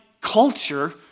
culture